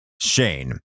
Shane